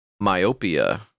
Myopia